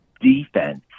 defense